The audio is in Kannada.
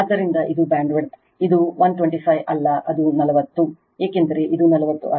ಆದ್ದರಿಂದ ಇದು ಬ್ಯಾಂಡ್ವಿಡ್ತ್ ಇದು 125 ಅಲ್ಲ ಇದು 40 ಏಕೆಂದರೆ ಇದು 40 ಆಗಿದೆ